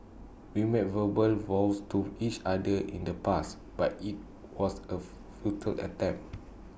we made verbal vows to each other in the past but IT was A futile attempt